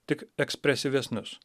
tik ekspresyvesnius